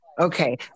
Okay